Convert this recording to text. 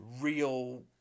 real